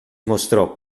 mostrò